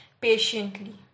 patiently